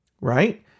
right